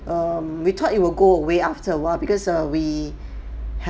um we thought it will go away after a while because err we